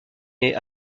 est